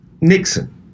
Nixon